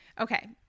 Okay